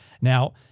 now